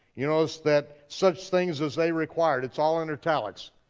you know so that such things as they required, it's all in italics,